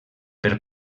per